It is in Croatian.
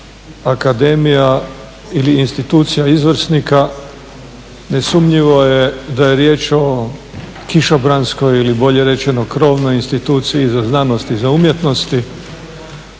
akademija institucija izvrsnika, nesumnjivo je da je riječ o kišobranskoj ili bolje rečenoj krovnoj instituciji za znanost i za umjetnost